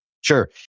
Sure